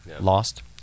Lost